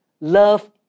Love